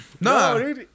No